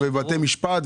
לבתי משפט,